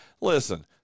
listen